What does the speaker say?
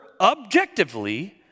objectively